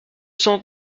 cent